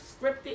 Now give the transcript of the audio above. scripted